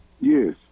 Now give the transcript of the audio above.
Yes